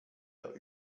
der